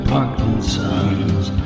Parkinson's